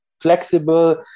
flexible